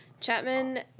Chapman